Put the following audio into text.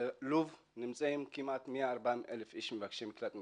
בלוב נמצאים כמעט 140,000 מבקשי מקלט מאריתריאה.